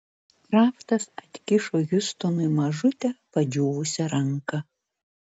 kraftas atkišo hiustonui mažutę padžiūvusią ranką